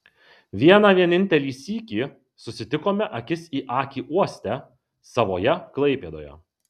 vieną vienintelį sykį susitikome akis į akį uoste savoje klaipėdoje